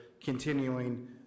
continuing